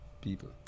people